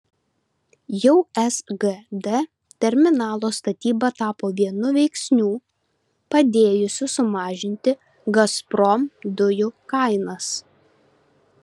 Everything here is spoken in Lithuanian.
jau sgd terminalo statyba tapo vienu veiksnių padėjusių sumažinti gazprom dujų kainas